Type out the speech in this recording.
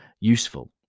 useful